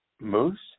Moose